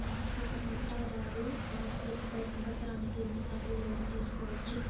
ఒక పట్టాధారు pass book పై సంవత్సరానికి ఎన్ని సార్లు లోను తీసుకోవచ్చు?